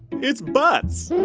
its butts